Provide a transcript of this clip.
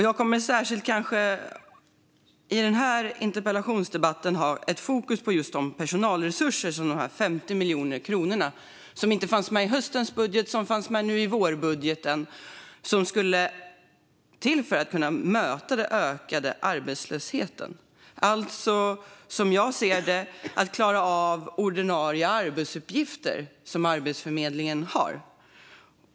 Jag kommer i denna interpellationsdebatt att ha fokus på de personalresurser som dessa 50 miljoner kronor, som inte fanns med i höstens budget men fanns med nu i vårbudgeten, skulle möjliggöra för att möta den ökade arbetslösheten - alltså, som jag ser det, för att klara av Arbetsförmedlingens ordinarie arbetsuppgifter.